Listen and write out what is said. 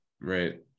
Right